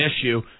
issue